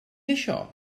això